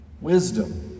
Wisdom